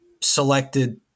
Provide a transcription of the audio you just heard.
selected